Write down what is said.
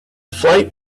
flight